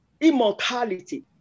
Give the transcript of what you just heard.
Immortality